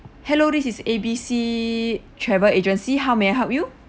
hello this is A B C travel agency how may I help you